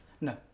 No